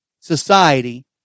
society